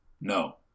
no